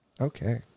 Okay